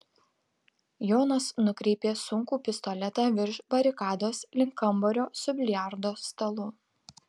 jonas nukreipė sunkų pistoletą virš barikados link kambario su biliardo stalu